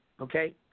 okay